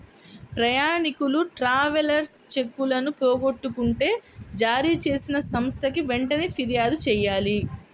ప్రయాణీకులు ట్రావెలర్స్ చెక్కులను పోగొట్టుకుంటే జారీచేసిన సంస్థకి వెంటనే పిర్యాదు చెయ్యాలి